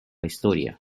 historia